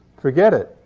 forget it.